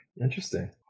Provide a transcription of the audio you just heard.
interesting